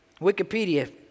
Wikipedia